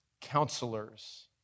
counselors